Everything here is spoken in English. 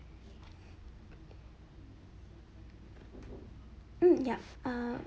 hmm yup um